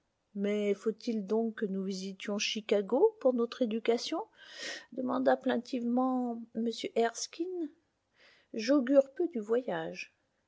mais faut-il donc que nous visitions chicago pour notre éducation demanda plaintivement m erskine j'augure peu du voyage